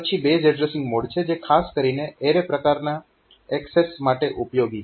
પછી base addressing mode છે જે ખાસ કરીને એરે પ્રકારના એક્સેસ માટે ઉપયોગી છે